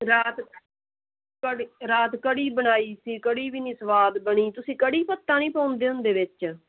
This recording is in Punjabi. ਰਾਤ ਤੁਹਾਡੀ ਰਾਤ ਕੜ੍ਹੀ ਬਣਾਈ ਸੀ ਕੜ੍ਹੀ ਵੀ ਨਹੀਂ ਸਵਾਦ ਬਣੀ ਤੁਸੀਂ ਕੜੀ ਪੱਤਾ ਨਹੀਂ ਪਾਉਂਦੇ ਹੁੰਦੇ ਵਿੱਚ